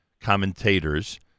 commentators